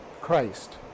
Christ